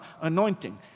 anointing